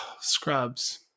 scrubs